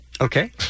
Okay